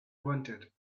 wanted